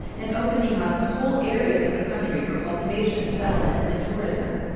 and opening up whole areas of the country for cultivation, settlement, and tourism.